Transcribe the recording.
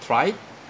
tried